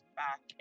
back